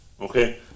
Okay